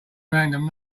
random